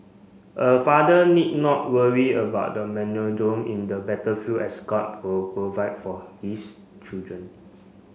a father need not worry about the in the battlefield as God will provide for his children